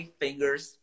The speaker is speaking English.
fingers